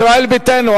ישראל ביתנו,